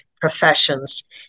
professions